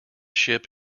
ship